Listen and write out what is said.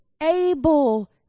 able